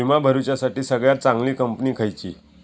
विमा भरुच्यासाठी सगळयात चागंली कंपनी खयची?